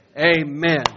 amen